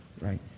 right